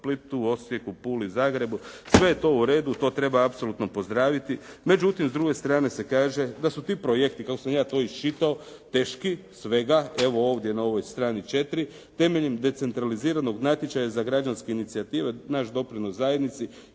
Splitu, Osijeku, Puli, Zagrebu. Sve je to u redu, to treba apsolutno pozdraviti. Međutim s druge strane se kaže da su ti projekti kako sam ja to iščitao, teški svega evo ovdje na ovoj strani 4, temeljem decentraliziranog natječaja za građanske inicijative naš doprinos zajednici